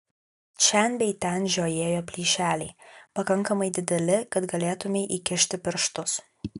šen bei ten žiojėjo plyšeliai pakankamai dideli kad galėtumei įkišti pirštus